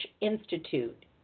Institute